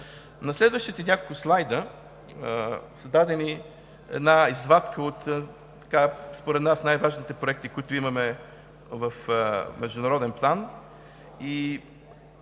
На следващите няколко слайда е дадена една извадка, според нас от най-важните проекти, които имаме в международен план,